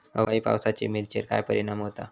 अवकाळी पावसाचे मिरचेर काय परिणाम होता?